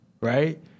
right